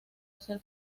hacer